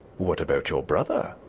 what about your brother?